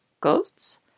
ghosts